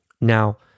Now